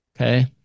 Okay